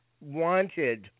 wanted